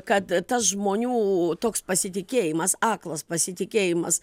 kad tas žmonių toks pasitikėjimas aklas pasitikėjimas